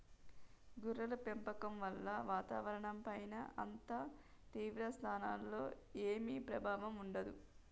గొర్రెల పెంపకం వల్ల వాతావరణంపైన అంత తీవ్ర స్థాయిలో ఏమీ ప్రభావం ఉండదు